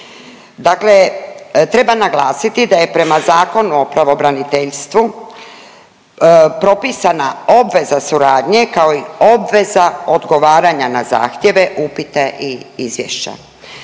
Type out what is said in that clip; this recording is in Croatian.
Dakle, treba naglasiti da je prema Zakonu o pravobraniteljstvu propisana obveza suradnje kao i obveza odgovaranja na zahtjeve, upite i izvješća.